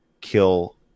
kill